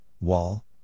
Wall